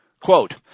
Quote